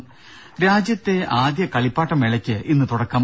ദ്ദേ രാജ്യത്തെ ആദ്യ കളിപ്പാട്ട മേളയ്ക്ക് ഇന്ന് തുടക്കം